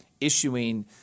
issuing